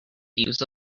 use